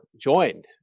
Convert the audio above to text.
joined